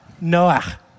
Noah